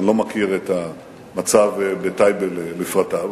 אני לא מכיר את המצב בטייבה לפרטיו,